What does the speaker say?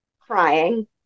crying